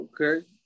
okay